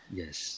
yes